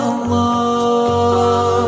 Allah